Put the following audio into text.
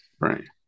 right